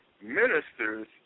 ministers